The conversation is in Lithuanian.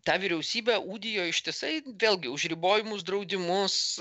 tą vyriausybę ūdijo ištisai vėlgi už ribojimus draudimus